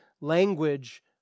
language